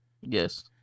Yes